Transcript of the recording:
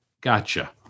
gotcha